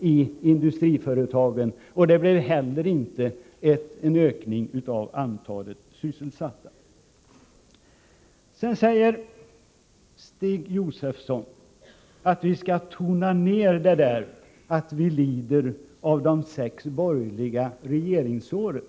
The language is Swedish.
i industriföretag eller en ökning av antalet sysselsatta. Stig Josefson säger att vi skall tona ned detta att vi lider av de sex borgerliga regeringsåren.